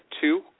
two